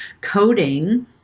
coding